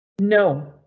No